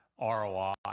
roi